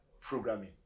programming